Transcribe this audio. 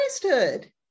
priesthood